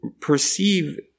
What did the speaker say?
perceive